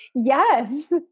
yes